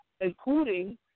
including